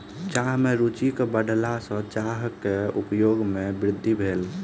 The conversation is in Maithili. चाह में रूचिक बढ़ला सॅ चाहक उपयोग में वृद्धि भेल